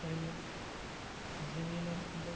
سانیٚن زٔمیٖنَن انٛدر